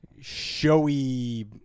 showy